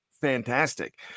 fantastic